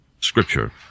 Scripture